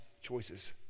choices